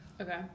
Okay